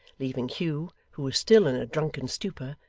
leaving hugh, who was still in a drunken stupor,